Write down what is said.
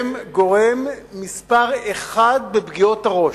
היא גורם מספר אחת בפגיעות הראש.